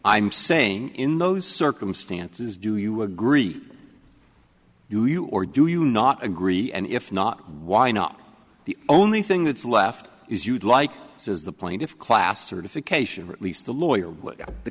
i'm saying in those circumstances do you agree do you or do you not agree and if not why not the only thing that's left is you'd like says the plaintiff class certification or at least a lawyer the